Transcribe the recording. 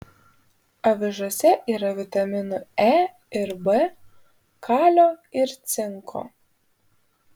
avižose yra vitaminų e ir b kalio ir cinko